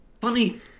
funny